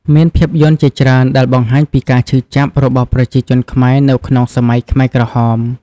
មានភាពយន្តជាច្រើនដែលបង្ហាញពីការឈឺចាប់របស់ប្រជាជនខ្មែរនៅក្នុងសម័យខ្មែរក្រហម។